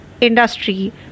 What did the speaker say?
industry